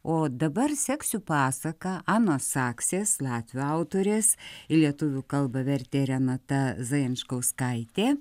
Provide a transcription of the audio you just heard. o dabar seksiu pasaką anos saksės latvių autorės į lietuvių kalbą vertė renata zajančkauskaitė